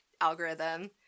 algorithm